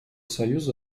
союза